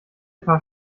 paar